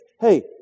hey